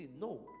No